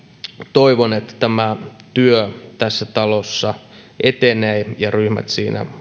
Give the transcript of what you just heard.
toivon että tämä työ tässä talossa etenee ja ryhmät siinä